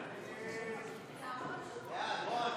סעיפים